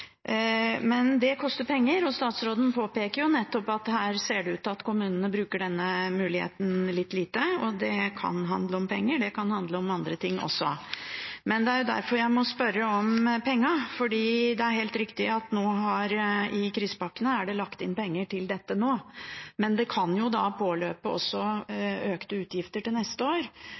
Men det koster penger, og statsråden påpeker nettopp at her ser det ut til at kommunen bruker denne muligheten lite. Det kan handle om penger, men det kan handle om andre ting også. Det er derfor jeg må spørre om pengene: Det er helt riktig at i krisepakkene er det lagt inn penger til dette nå, men det kan påløpe økte utgifter også til neste år.